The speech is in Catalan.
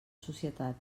societat